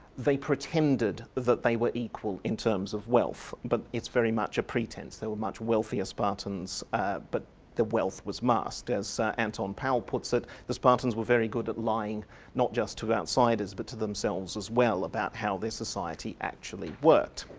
they pretended that they were equal in terms of wealth but it's very much a pretence there were much wealthier spartans but the wealth was masked as anton powell puts it, the spartans were very good at lying not just to outsiders but to themselves as well about how this society actually worked.